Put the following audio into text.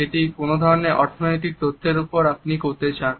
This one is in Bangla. সেটি কোন ধরনের অর্থনৈতিক তত্ত্বের ওপর আপনি করতে চান